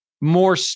more